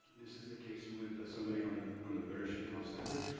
this is the case with somebody on the on the baryshnikov center.